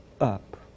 up